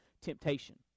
temptation